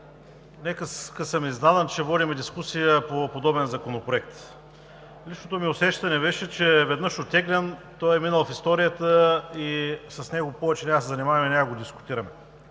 съм, че водим дискусия по подобен законопроект. Личното ми усещане беше, че веднъж оттеглен, той е минал в историята и с него повече няма да се занимаваме и няма да го дискутираме.